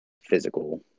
physical